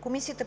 Комисията